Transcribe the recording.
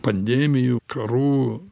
pandemijų karų